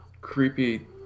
creepy